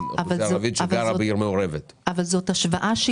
אוכלוסייה ערבית שגרה בעיר מעורבת --- אבל זה לא בר השוואה,